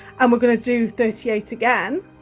and we're going to do thirty eight again?